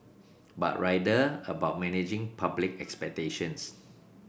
but rather about managing public expectations